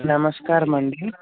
నమస్కారమండి